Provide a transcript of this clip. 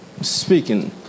speaking